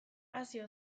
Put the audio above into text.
asia